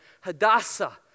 Hadassah